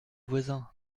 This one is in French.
voisin